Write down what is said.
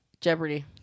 Jeopardy